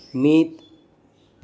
ᱢᱤᱫ